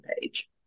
page